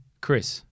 Chris